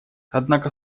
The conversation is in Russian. однако